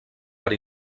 per